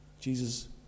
jesus